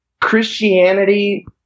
Christianity